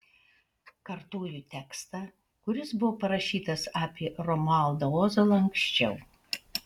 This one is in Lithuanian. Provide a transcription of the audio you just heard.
kartoju tekstą kuris buvo parašytas apie romualdą ozolą anksčiau